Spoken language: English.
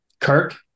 Kirk